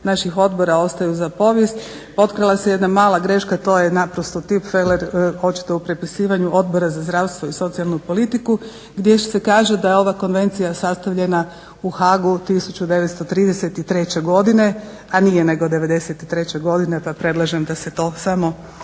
naših odbora ostaju za povijest potkrala se jedna mala greška to je naprosto tip feler očito u prepisivanju Odbora za zdravstvo i socijalnu politiku gdje se kaže da je ova Konvencija sastavljena u Hagu 1933. godine a nije nego 93 godine pa predlažem da se to samo